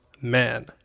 man